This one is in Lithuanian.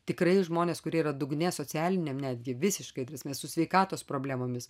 tikrai žmonės kurie yra dugne socialiniam netgi visiškai ta prasme su sveikatos problemomis